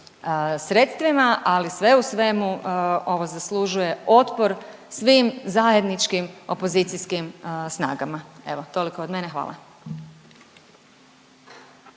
sredstvima, ali sve u svemu ovo zaslužuje otpor svim zajedničkim opozicijskim snagama. Evo toliko od mene, hvala.